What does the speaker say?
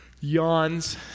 yawns